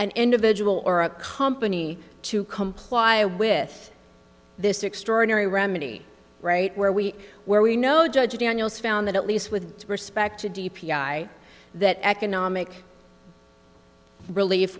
an individual or a company to comply with this extraordinary remedy right where we where we know judge daniels found that at least with respect to d p i that economic relief